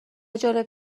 جالب